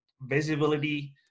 visibility